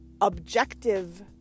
objective